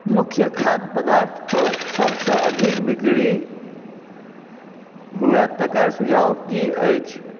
मुख्य खाद्य पदार्थपर सबसँ अधिक बिक्री हुअए तकर सुझाव की अछि